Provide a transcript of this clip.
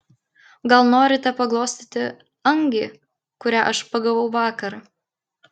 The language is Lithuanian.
gal norite paglostyti angį kurią aš pagavau vakar